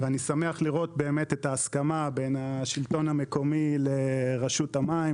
ואני שמח לראות את ההסכמה בין השלטון המקומי לרשות המים,